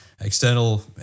external